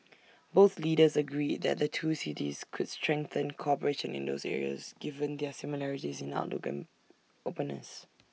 both leaders agreed that the two cities could strengthen cooperation in those areas given their similarities in outlook and openness